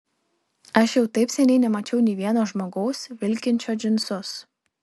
aš jau taip seniai nemačiau nei vieno žmogaus vilkinčio džinsus